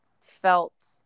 felt